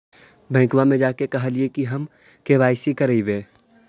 बैंकवा मे जा के कहलिऐ कि हम के.वाई.सी करईवो?